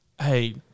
Hey